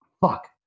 fuck